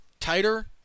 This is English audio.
tighter